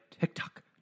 TikTok